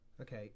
Okay